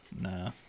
Nah